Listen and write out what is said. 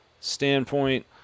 standpoint